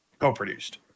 co-produced